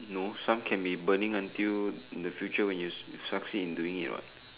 no some can be burning until in the future when you succeed into doing it what